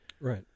Right